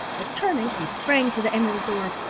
but turning he sprang to the emerald door,